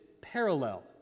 parallel